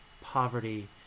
poverty